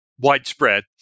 widespread